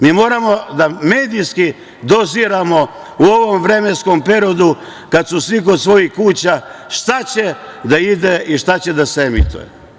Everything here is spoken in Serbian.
Mi moramo medijski doziramo u ovom vremenskom periodu kad su svi kod svojih kuća šta će da ide i šta će da se emituje.